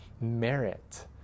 merit